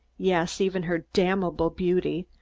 yes, even her damnable beauty,